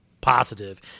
positive